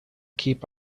keep